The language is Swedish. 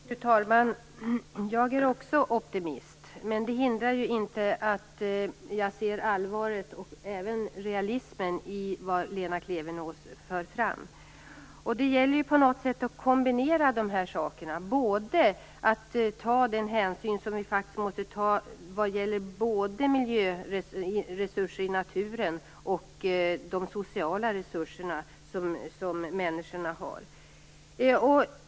Fru talman! Jag är också optimist, men det hindrar inte att jag ser allvaret och även realismen i det som Lena Klevenås för fram. Det gäller att kombinera de här sakerna på något sätt. Vi måste ju faktiskt ta hänsyn till både miljöresurserna i naturen och de sociala resurser som människor har.